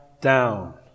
down